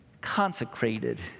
consecrated